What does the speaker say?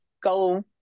go